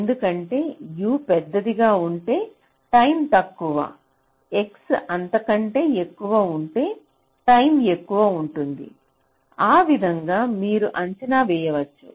ఎందుకంటే U పెద్దగా ఉంటే టైం తక్కువ X అంతకంటే ఎక్కువ ఉంటే టైం ఎక్కువ ఉంటుంది ఆ విధంగా మీరు అంచనా వేయవచ్చు